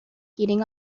heating